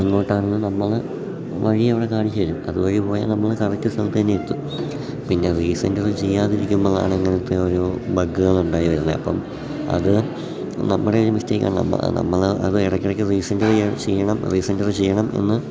എങ്ങോട്ടാണെന്ന് നമ്മൾ വഴി അവിടെ കാണിച്ച് തരും അതുവഴി പോയാൽ നമ്മൾ കറക്റ്റ് സ്ഥലത്ത് തന്നെ എത്തും പിന്നെ റീസൻററ് ചെയ്യാതിരിക്കുമ്പോളാണ് ഇങ്ങനെത്തെ ഒരു ബഗ്കള് ഉണ്ടായി വരുന്നത് അപ്പം അത് നമ്മുടെ ഒരു മിസ്റ്റേക്കാണ് നമ്മൾ അത് ഇടയ്ക്കിടയ്ക്ക് റീസൻററ് ചെയ്യണം റീസൻററ് ചെയ്യണം എന്ന്